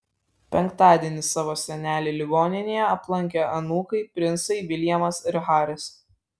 penktadienį savo senelį ligoninėje aplankė anūkai princai viljamas ir haris